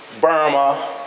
Burma